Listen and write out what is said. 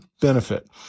benefit